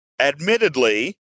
admittedly